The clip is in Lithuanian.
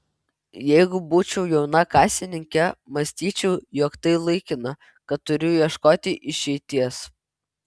jeigu būčiau jauna kasininkė mąstyčiau jog tai laikina kad turiu ieškoti išeities